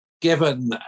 given